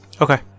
Okay